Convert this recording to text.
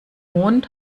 mond